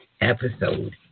episode